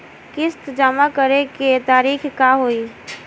किस्त जमा करे के तारीख का होई?